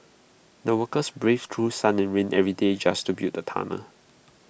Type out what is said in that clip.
the workers braved through sun and rain every day just to build the tunnel